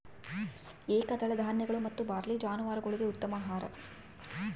ಏಕದಳ ಧಾನ್ಯಗಳು ಮತ್ತು ಬಾರ್ಲಿ ಜಾನುವಾರುಗುಳ್ಗೆ ಉತ್ತಮ ಆಹಾರ